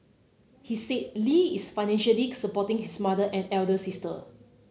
he said Lee is financially supporting his mother and elder sister